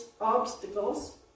obstacles